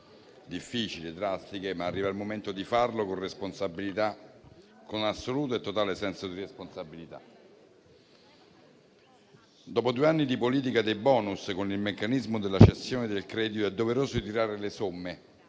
difficili e drastiche, ma arriva il momento di farlo con assoluto e totale senso di responsabilità. Dopo due anni di politica dei *bonus*, con il meccanismo della cessione del credito, è doveroso tirare le somme.